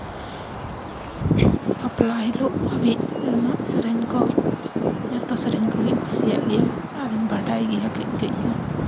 ᱵᱟᱯᱞᱟ ᱦᱤᱞᱳᱜ ᱨᱮᱱᱟᱜ ᱥᱮᱨᱮᱧ ᱠᱚ ᱡᱚᱛᱚ ᱥᱮᱨᱮᱧ ᱠᱚᱜᱮᱧ ᱠᱩᱥᱤᱭᱟᱜ ᱜᱮᱭᱟ ᱟᱨᱤᱧ ᱵᱟᱰᱟᱭ ᱜᱮᱭᱟ ᱠᱟᱹᱡ ᱠᱟᱹᱡ ᱫᱚ